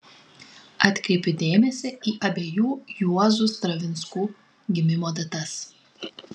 atkreipiu dėmesį į abiejų juozų stravinskų gimimo datas